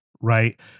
right